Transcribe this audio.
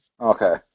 Okay